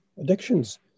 addictions